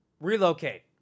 Relocate